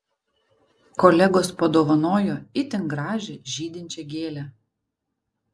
kolegos padovanojo itin gražią žydinčią gėlę